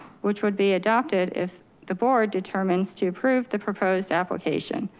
which would be adopted if the board determines to approve the proposed application.